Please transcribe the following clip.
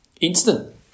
instant